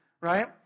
right